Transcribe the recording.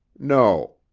no,